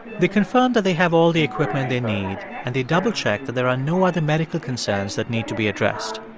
they confirm that they have all the equipment they need, and they double-check that there are no other medical concerns that need to be addressed.